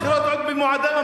הבחירות עוד במועדן,